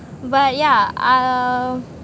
but yeah uh